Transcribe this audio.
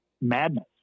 madness